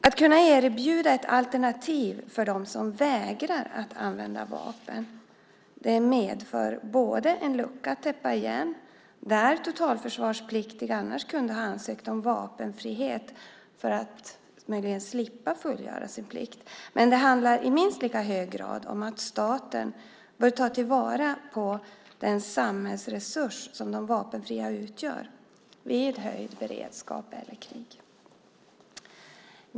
Att kunna erbjuda ett alternativ för dem som vägrar att använda vapen medför en lucka att täppa igen där totalförsvarspliktiga annars kunde ha ansökt om vapenfrihet för att med det slippa fullgöra sin plikt, men det handlar i minst lika hög grad om att staten bör ta vara på den samhällsresurs som de vapenfria utgör vid höjd beredskap eller krig.